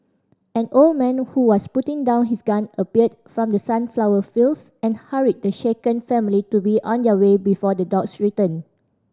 an old man who was putting down his gun appeared from the sunflower fields and hurried the shaken family to be on their way before the dogs return